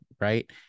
right